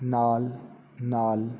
ਨਾਲ ਨਾਲ